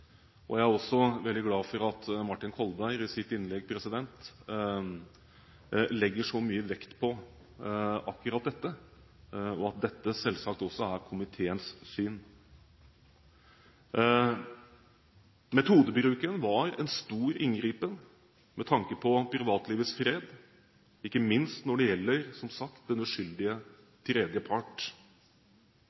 ulovlig. Jeg er også veldig glad for at Martin Kolberg i sitt innlegg legger så mye vekt på akkurat dette, og at dette selvsagt også er komiteens syn. Metodebruken var en stor inngripen med tanke på privatlivets fred, ikke minst når det gjelder – som sagt – den uskyldige tredjepart.